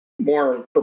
more